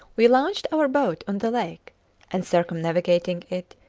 we launched our boat on the lake and, circumnavigating it,